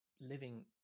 living